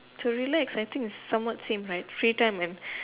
to relax I think it's somewhat same right free time and